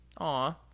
aw